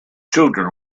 children